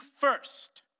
first